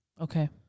Okay